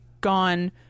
gone